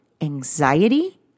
anxiety